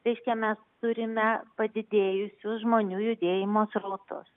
reiškia mes turime padidėjusius žmonių judėjimo srautus